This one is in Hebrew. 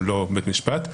הוא לא בית משפט.